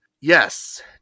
Yes